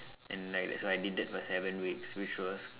and like that's why I did that for seven weeks which was